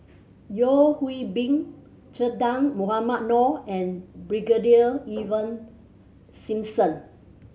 Yeo Hwee Bin Che Dah Mohamed Noor and Brigadier Ivan Simson